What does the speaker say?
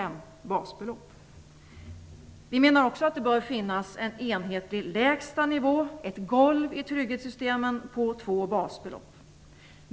Vi menar också att det bör finnas en enhetlig lägsta nivå, ett golv, i trygghetssystemen på 2 basbelopp.